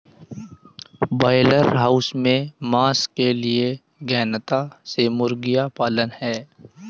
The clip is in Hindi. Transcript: ब्रॉयलर हाउस में मांस के लिए गहनता से मुर्गियां पालना है